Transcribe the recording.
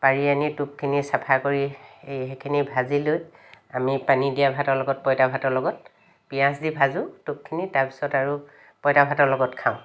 পাৰি আনি টোপখিনি চফা কৰি এই সেইখিনি ভাজি লৈ আমি পানী দিয়া ভাতৰ লগত পঁইতা ভাতৰ লগত পিঁয়াজ দি ভাজোঁ টোপখিনি তাৰপিছত আৰু পঁইতা ভাতৰ লগত খাওঁ